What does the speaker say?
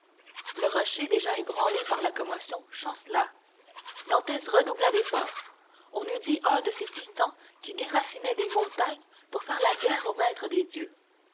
le rocher déjà ébranlé par la commotion chancela dantès redoubla d'efforts on eût dit un de ces titans qui déracinaient des montagnes pour faire la guerre au maître des dieux